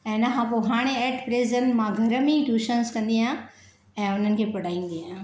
ऐं हिन खां पोइ हाणे एट प्रसेन्ट मां घर में ई ट्यूशन्स कंदी आहियां ऐं उन्हनि खे पढ़ाईंदी आहियां